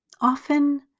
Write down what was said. often